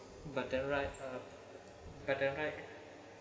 but then right uh but then right